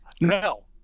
No